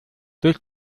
durch